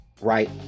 right